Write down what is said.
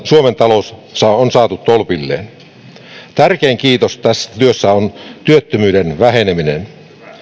suomen talous on saatu tolpilleen tärkein kiitos tästä työstä on työttömyyden väheneminen